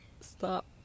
stop